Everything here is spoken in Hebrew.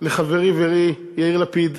לחברי ורעי יאיר לפיד,